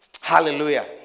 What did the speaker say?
Hallelujah